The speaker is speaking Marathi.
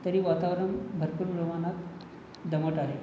तरी वातावरण भरपूर प्रमाणात दमट आहे